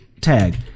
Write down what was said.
tag